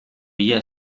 ella